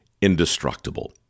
indestructible